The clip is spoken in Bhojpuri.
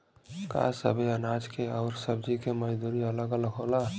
का सबे अनाज के अउर सब्ज़ी के मजदूरी अलग अलग होला?